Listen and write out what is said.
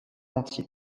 entier